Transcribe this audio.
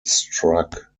struck